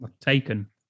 Taken